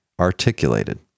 articulated